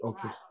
Okay